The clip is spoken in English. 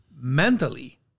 mentally